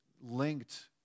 linked